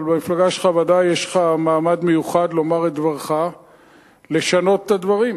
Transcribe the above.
אבל במפלגה שלך ודאי יש לך מעמד מיוחד לומר את דבריך ולשנות את הדברים.